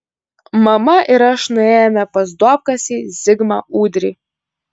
mama ir aš nuėjome pas duobkasį zigmą ūdrį